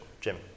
Jim